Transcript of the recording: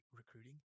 recruiting